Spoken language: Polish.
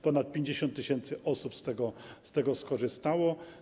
Ponad 50 tys. osób z tego skorzystało.